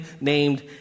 named